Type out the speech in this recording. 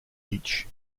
each